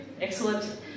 excellent